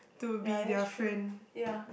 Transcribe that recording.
ya that's true ya